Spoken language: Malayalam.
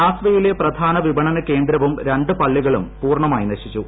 ലാസ്വയിലെ പ്രധാന വിപണന കേന്ദ്രവും രണ്ട് പള്ളികളും പൂർണ്ണമായി നശിച്ചു